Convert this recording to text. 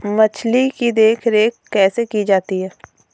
मछली की देखरेख कैसे की जाती है?